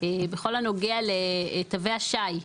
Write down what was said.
בכל הנוגע לתווי השי.